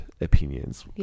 opinions